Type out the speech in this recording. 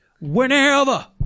Whenever